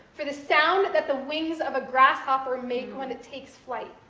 for the sounds that the wings of a grasshopper make when it takes flight,